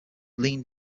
leaned